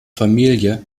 familie